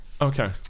Okay